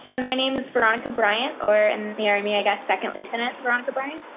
and my name is veronica bryant or in the army i guess, second lieutenant veronica bryant.